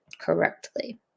correctly